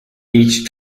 each